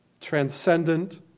transcendent